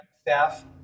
staff